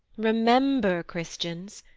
remember, christians,